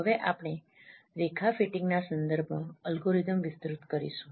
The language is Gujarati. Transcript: હવે આપણે રેખા ફિટિંગના સંદર્ભમાં એલ્ગોરિધમ વિસ્તૃત કરીશું